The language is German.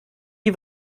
die